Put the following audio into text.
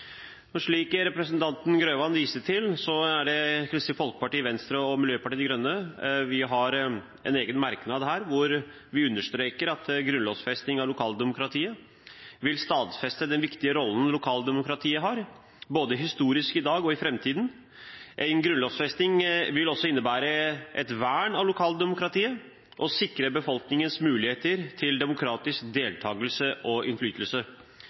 representanten Grøvan viste til, har Kristelig Folkeparti, Venstre og Miljøpartiet De Grønne en egen merknad hvor vi understreker at grunnlovfesting av lokaldemokratiet vil stadfeste den viktige rollen lokaldemokratiet har, både historisk, i dag og i framtiden. En grunnlovfesting vil også innebære et vern av lokaldemokratiet og sikre befolkningens muligheter til demokratisk deltakelse og innflytelse.